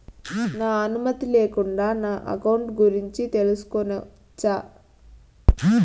నా అనుమతి లేకుండా నా అకౌంట్ గురించి తెలుసుకొనొచ్చా?